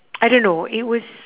I don't know it was